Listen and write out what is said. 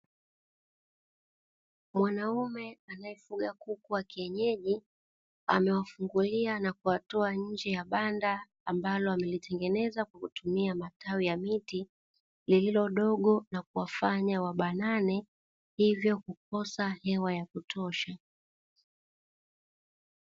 Mwanaume anaefuga kuku wa kienyeji amewafungulia na kuwatoa nje ya banda ambalo amelitengeneza kutumia matawi ya miti, lililo dogo na kuwafanya wa banane hivyo kukosa hewa ya kutosha.